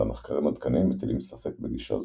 אולם מחקרים עדכניים מטילים ספק בגישה זו.